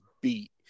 beat